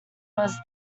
was